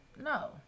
no